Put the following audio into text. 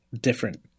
different